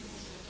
Hvala